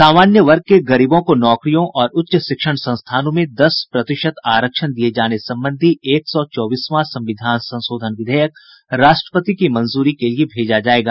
सामान्य वर्ग के गरीबों को नौकरियों और उच्च शिक्षण संस्थानों में दस प्रतिशत आरक्षण दिये जाने संबंधी एक सौ चौबीसवां संविधान संशोधन विधेयक राष्ट्रपति की मंजूरी के लिये भेजा जायेगा